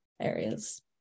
areas